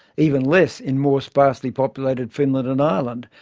even less in more sparsely populated finland and ireland,